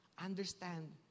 understand